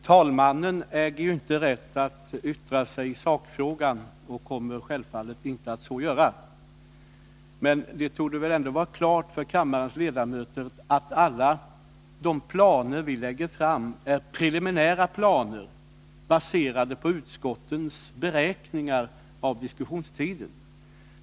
Talmannen äger inte rätt att yttra sig i sakfrågan och kommer självfallet inte att så göra. Det torde väl ändå vara klart för kammarens ledamöter att alla planer som vi lägger fram är preliminära planer, baserade på utskottens beräkningar av diskussionstiden.